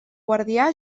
guardià